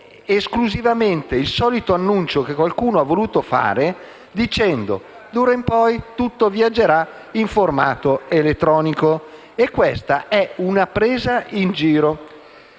esclusivamente il solito annuncio, che qualcuno ha voluto fare dicendo: d'ora in poi tutto viaggerà in formato elettronico. E questa è una presa in giro.